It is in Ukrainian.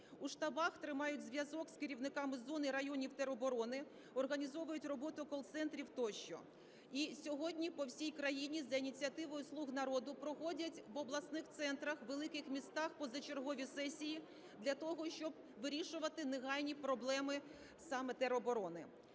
У штабах тримають зв'язок з керівниками зон і районів тероборони, організовують роботу кол-центрів тощо. І сьогодні по всій країні за ініціативою "Слуги народу" проходять в обласних центрах у великих містах позачергові сесії для того, щоб вирішувати негайні проблеми саме тероборони.